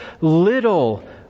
little